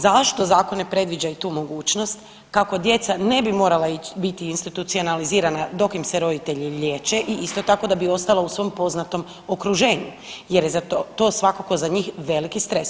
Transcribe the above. Zašto zakon ne predviđa i tu mogućnost kako djeca ne bi morala biti institucionalizirana dok im se roditelji liječe i isto tako da bi ostala u svom poznatom okruženju jer je za to, to je svakako za njih veliki stres.